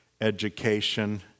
education